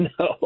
No